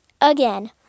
again